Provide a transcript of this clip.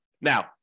Now